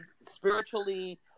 spiritually